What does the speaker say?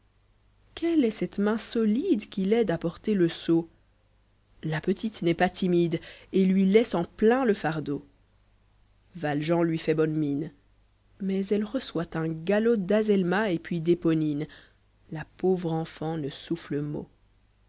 quelle est cette main solide qui l'aide à porter le seau la petite n'est pas timide et lui laisse en plein le fardeau valjeari lui fait bonne mine j mais elle reçoit un galop d'zelma et puis d'eponino la pauvre enfant ne souffle mot